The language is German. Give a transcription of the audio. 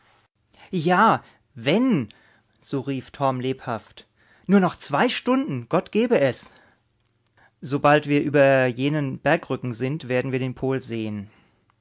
ja wenn so rief torm lebhaft nur noch zwei stunden gott gebe es sobald wir über jenen bergrücken sind werden wir den pol sehen